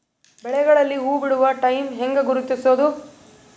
ಬೆಳೆಗಳಲ್ಲಿ ಹೂಬಿಡುವ ಟೈಮ್ ಹೆಂಗ ಗುರುತಿಸೋದ?